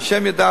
השם ידע,